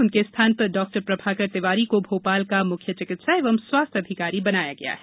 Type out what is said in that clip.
उनके स्थान पर डाक्टर प्रभाकर तिवारी को भोपाल का मुख्य चिकित्सा एवं स्वास्थ्य अधिकारी बनाया गया है